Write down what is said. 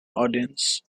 audience